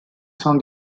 sono